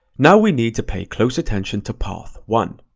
now we need to pay close attention to path one.